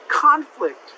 conflict